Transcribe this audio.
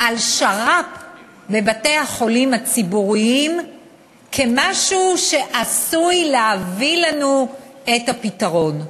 שר"פ בבתי-החולים הציבוריים כמשהו שעשוי להביא לנו את הפתרון.